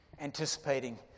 anticipating